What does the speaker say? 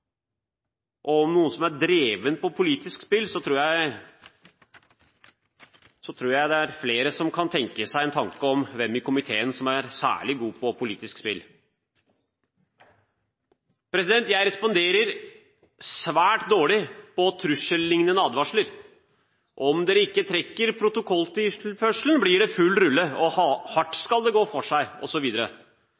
– om noen er drevne i politisk spill, tror jeg det er flere som kan tenke seg hvem i komiteen som er særlig god på politisk spill. Jeg responderer svært dårlig på trusselliknende advarsler. – Om dere ikke trekker protokolltilførselen, blir det full rulle og hardt